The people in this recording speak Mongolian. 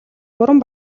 гурван